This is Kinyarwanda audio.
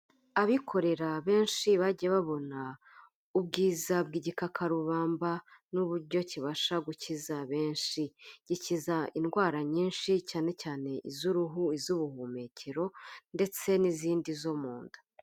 Abikorera benshi bagiye babona ubwiza bw'igikakarubamba n'uburyo kibasha gukiza benshi, gikiza indwara nyinshi cyane cyane iz'uruhu, izo mu buhumekero ndetse n'izindi zo mu nda.